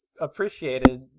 appreciated